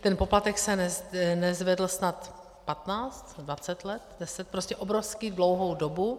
Ten poplatek se nezvedl snad patnáct, dvacet let, prostě obrovsky dlouhou dobu.